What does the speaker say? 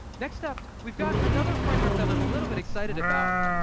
next step, we've got another framework that i'm a little bit excited about,